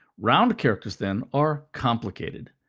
round characters, then, are complicated.